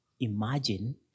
Imagine